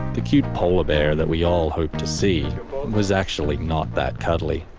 the cute polar bear that we all hoped to see was actually not that cuddly.